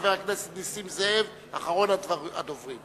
חבר הכנסת נסים זאב, אחרון הדוברים.